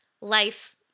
life